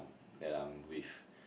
that I'm with